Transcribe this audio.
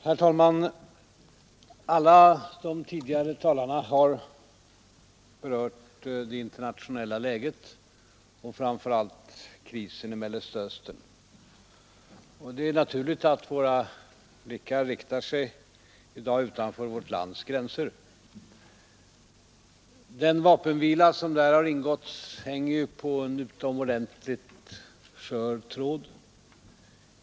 Herr talman! Alla tidigare talare har berört det internationella läget och framför allt krisen i Mellersta Östern. Det är naturligt att vi i dag riktar våra blickar utanför vårt lands gränser. Den vapenvila som ingåtts i Mellersta Östern hänger på en utomordentligt skör tråd.